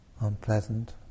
unpleasant